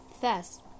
fast